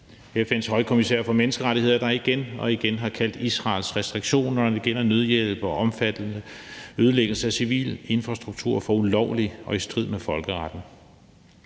FN's højkommissær for menneskerettigheder, der igen og igen har kaldt Israels restriktioner, når det gælder nødhjælp, og omfattende ødelæggelser af civil infrastruktur for ulovlig og i strid med folkeretten.